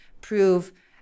prove